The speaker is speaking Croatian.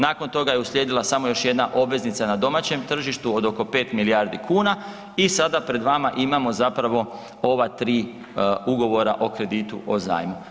Nakon toga je uslijedila smo još jedna obveznica na domaćem tržištu od oko 5 milijardi kuna i sada pred vama imamo zapravo ova tri ugovora o kreditu, o zajmu.